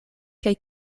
kaj